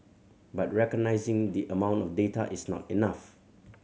but recognising the amount of data is not enough